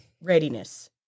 readiness